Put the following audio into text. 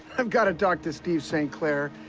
i've gotta talk to steve st. clair,